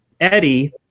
Eddie